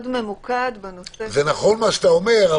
מה שאתה אומר,